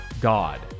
God